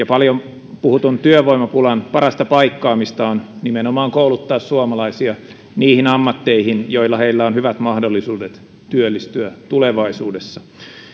paljon puhutun työvoimapulan paikkaamista on nimenomaan kouluttaa suomalaisia niihin ammatteihin joissa heillä on hyvät mahdollisuudet työllistyä tulevaisuudessa